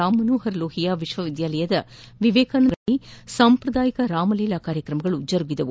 ರಾಮಮನೋಪರ್ ಲೊಹಿಯಾ ವಿಶ್ವ ವಿದ್ಯಾಲಯದ ವಿವೇಕಾನಂದ ಸಭಾಂಗಣದಲ್ಲಿ ಸಾಂಪ್ರದಾಯಿಕ ರಾಮಲೀಲಾ ಕಾರ್ಯಕ್ರಮಗಳು ಜರುಗಿದವು